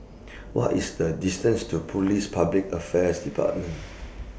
What IS The distance to Police Public Affairs department